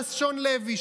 הדס שון לוי,